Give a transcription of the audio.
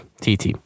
TT